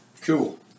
Cool